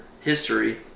history